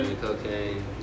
cocaine